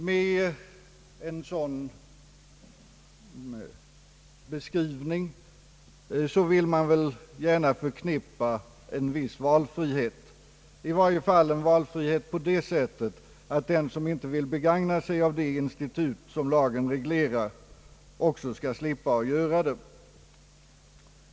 Med en sådan beskrivning vill man väl gärna förknippa en viss valfrihet, i varje fall en valfrihet på så sätt, att den som inte vill begagna sig av det institut som lagen reglerar också skall slippa att göra det.